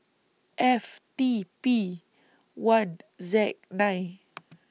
F T P one Z nine